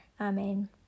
Amen